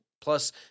plus